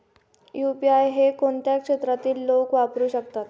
UPI हे कोणत्या क्षेत्रातील लोक वापरू शकतात?